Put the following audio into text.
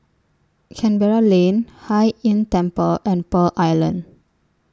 Canberra Lane Hai Inn Temple and Pearl Island